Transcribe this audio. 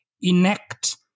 enact